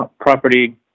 property